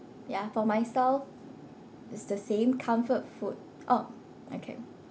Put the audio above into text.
ya for myself it's the same comfort food orh okay